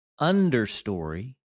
understory